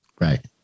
right